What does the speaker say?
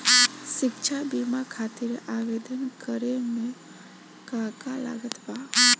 शिक्षा बीमा खातिर आवेदन करे म का का लागत बा?